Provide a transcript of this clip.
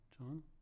John